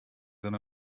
than